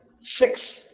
six